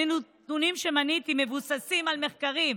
הנתונים שמניתי מבוססים על מחקרים,